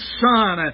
son